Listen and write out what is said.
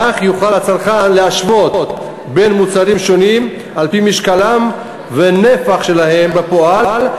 כך יוכל הצרכן להשוות בין מוצרים שונים על-פי משקלם והנפח שלהם בפועל,